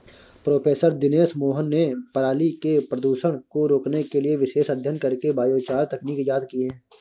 professor Dinesh Mohan ने पराली के प्रदूषण को रोकने के लिए विशेष अध्ययन करके बायोचार तकनीक इजाद की है